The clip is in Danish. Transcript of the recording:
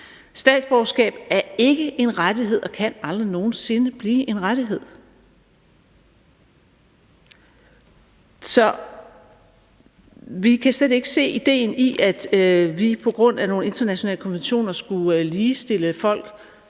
Statsborgerskab er ikke en rettighed og kan aldrig nogen sinde blive en rettighed! Så vi kan slet ikke se ideen i, at vi på grund af nogle internationale konventioner skulle ligestille folk